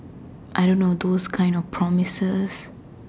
I don't know those kind of promises